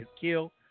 kill